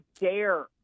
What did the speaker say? dare